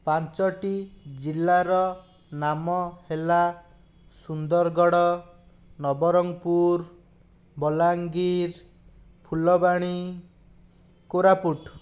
ପାଞ୍ଚଟି ଜିଲ୍ଲାର ନାମ ହେଲା ସୁନ୍ଦରଗଡ଼ ନବରଙ୍ଗପୁର ବଲାଙ୍ଗୀର ଫୁଲବାଣୀ କୋରାପୁଟ